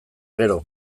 gero